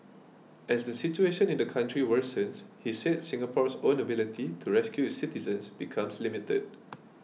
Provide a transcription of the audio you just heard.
as the situation in the country worsens he said Singapore's own ability to rescue its citizens becomes limited